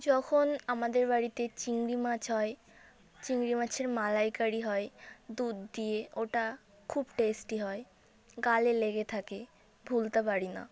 যখন আমাদের বাড়িতে চিংড়ি মাছ হয় চিংড়ি মাছের মালাইকারি হয় দুধ দিয়ে ওটা খুব টেস্টি হয় গালে লেগে থাকে ভুলতে পারি না